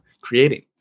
creating